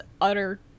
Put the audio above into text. utter